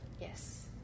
Yes